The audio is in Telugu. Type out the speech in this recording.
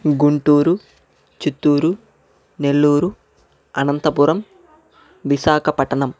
గుంటూరు చిత్తూరు నెల్లూరు అనంతపురం విశాఖపట్టణం